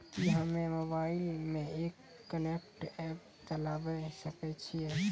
कि हम्मे मोबाइल मे एम कनेक्ट एप्प चलाबय सकै छियै?